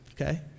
Okay